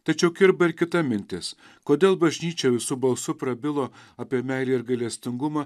tačiau kirba ir kita mintis kodėl bažnyčia visu balsu prabilo apie meilę ir gailestingumą